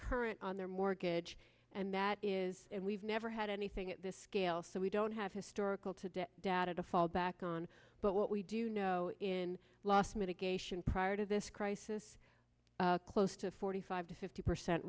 current on their mortgage and that is and we've never had anything at this scale so we don't have historical today data to fall back on but we do know in loss mitigation prior to this crisis close to forty five to fifty percent